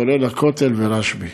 כולל הכותל וקבר רשב"י.